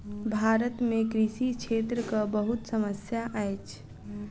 भारत में कृषि क्षेत्रक बहुत समस्या अछि